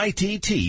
ITT